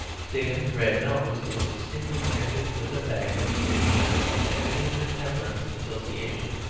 stiggins's red nose is distinctly connected with the fact that he is a member of the ebenezer temperance association